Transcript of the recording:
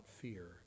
fear